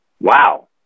Wow